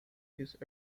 his